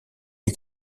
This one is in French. les